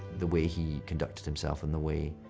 the way he conducted himself, and the way.